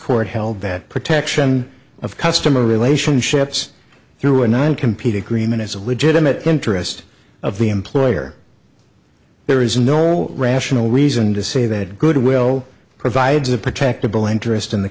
court held that protection of customer relationships through a nine compete agreement is a legitimate interest of the employer there is no rational reason to say that goodwill provides a protectable interest in the